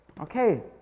Okay